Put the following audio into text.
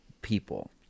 people